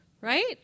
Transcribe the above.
right